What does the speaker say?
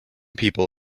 people